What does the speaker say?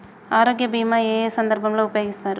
ఆరోగ్య బీమా ఏ ఏ సందర్భంలో ఉపయోగిస్తారు?